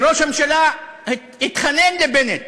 ראש הממשלה התחנן לבנט: